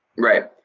right.